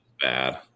Bad